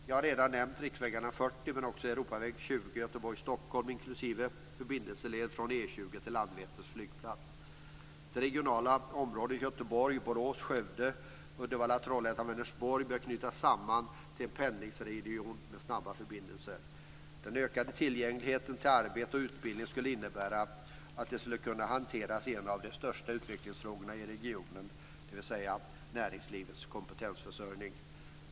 Jag har redan nämnt riksväg 40 men också Europaväg 20 Göteborg-Stockholm inklusive en förbindelseled från E 20 till Landvetters flygplats. Uddevalla-Trollhättan-Vänersborg bör knytas samman till en pendlingsregion med snabba förbindelser. Den ökande tillgängligheten till arbete och utbildning skulle innebära att det kunde hanteras i en av de största utvecklingsfrågorna i regionen, dvs. näringslivets kompetensförsörjning.